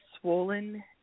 swollen